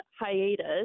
hiatus